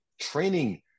training